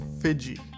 Fiji